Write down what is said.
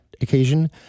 occasion